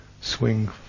swing